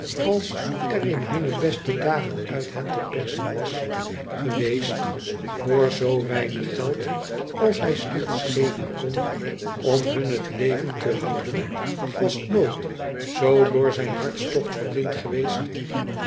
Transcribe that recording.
als er in hunne beste dagen uit hen te persen was geweest voor zoo weinig geld als hij slechts geven kon om hun in t leven te honden was nooit z door zijn hartstocht verblind geweest